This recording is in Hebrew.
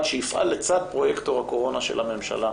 שיפעל לצד פרויקטור הקורונה של הממשלה.